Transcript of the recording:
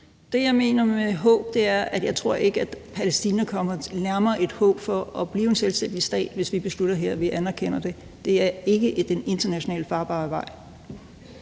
Det, jeg mener med håb, er, at jeg ikke tror, Palæstina kommer nærmere et håb om at blive en selvstændig stat, hvis vi beslutter her, at vi anerkender det. Det er ikke en farbar international vej.